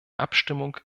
abstimmung